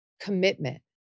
commitment